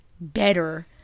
better